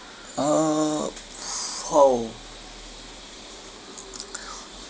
uh how